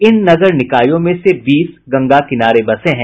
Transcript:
इन नगर निकायों में से बीस गंगा के किनारे बसे हैं